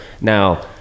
Now